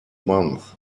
month